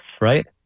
Right